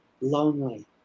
lonely